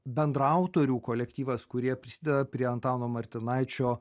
bendraautorių kolektyvas kurie prisideda prie antano martinaičio